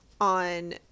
On